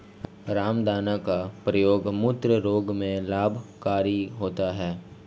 रामदाना का प्रयोग मूत्र रोग में लाभकारी होता है